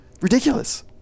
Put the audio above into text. ridiculous